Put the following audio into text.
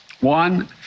One